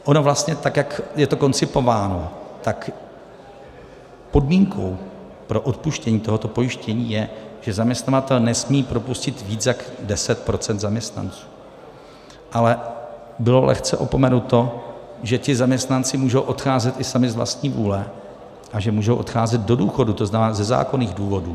Ono vlastně tak jak je to koncipováno, tak podmínkou pro odpuštění tohoto pojištění je, že zaměstnavatel nesmí propustit více jak deset procent zaměstnanců, ale bylo lehce opomenuto, že ti zaměstnanci můžou odcházet i sami z vlastní vůle a že můžou odcházet do důchodu, to znamená ze zákonných důvodů.